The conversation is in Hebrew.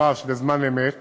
ממש בזמן אמת.